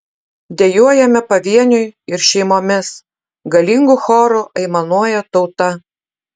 dejuojame pavieniui ir šeimomis galingu choru aimanuoja tauta